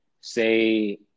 say